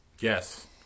Yes